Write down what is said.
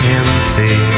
empty